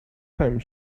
time